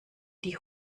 die